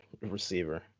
receiver